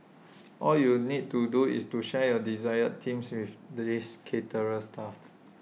all you need to do is to share your desired themes with this caterer's staff